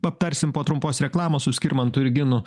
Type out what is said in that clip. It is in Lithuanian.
aptarsim po trumpos reklamos su skirmantu ir ginu